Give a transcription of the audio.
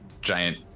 giant